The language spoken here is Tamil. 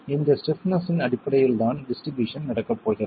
இந்த ஸ்டிப்னஸ் இன் அடிப்படையில்தான் டிஸ்ட்ரிபியூஷன் நடக்கப் போகிறது